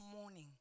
morning